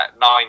nine